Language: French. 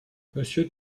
monsieur